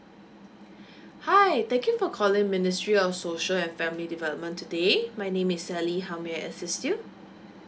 hi thank you for calling ministry of social and family development today my name is sally how may I assist you